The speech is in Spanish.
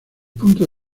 punto